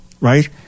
right